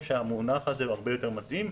שהמונח הזה יותר מתאים,